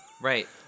Right